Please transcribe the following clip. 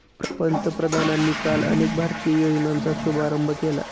पंतप्रधानांनी काल अनेक भारतीय योजनांचा शुभारंभ केला